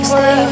Stay